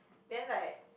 then like